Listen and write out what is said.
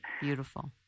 Beautiful